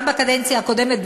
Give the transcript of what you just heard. גם בקדנציה הקודמת,